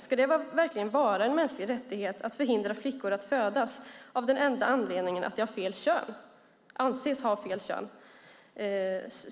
Ska det verkligen vara en mänsklig rättighet att förhindra flickor att födas av den enda anledningen att de anses ha fel kön?